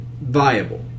viable